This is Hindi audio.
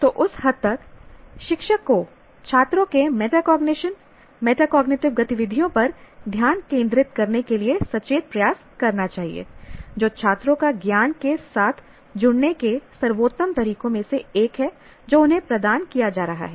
तो उस हद तक शिक्षक को छात्रों के मेटाकॉग्निशन मेटाकॉग्निटिव गतिविधियों पर ध्यान केंद्रित करने के लिए सचेत प्रयास करना चाहिए जो छात्रों का ज्ञान के साथ जुड़ने के सर्वोत्तम तरीकों में से एक है जो उन्हें प्रदान किया जा रहा है